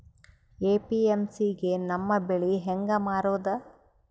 APMC ಗೆ ನಮ್ಮ ಬೆಳಿ ಹೆಂಗ ಮಾರೊದ?